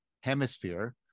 hemisphere